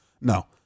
No